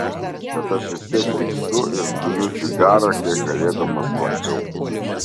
bet aš vis tiek pykstu ir dumiu cigarą kiek galėdamas smarkiau